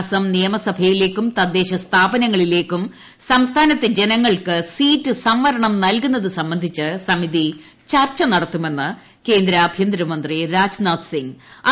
അസം നിയമസഭയി ലേയ്ക്കും തദ്ദേശ സ്ഥാപനങ്ങളിലേയ്ക്കും സംസ്ഥാനത്തെ ജനങ്ങൾക്ക് സീറ്റ് സംവരണം നൽകുന്നത് സംബന്ധിച്ച് സമിതി ചർച്ച നടത്തുമെന്ന് കേന്ദ്ര ആഭ്യന്തര മന്ത്രി രാജ്നാഥ് സിംഗ് പറഞ്ഞു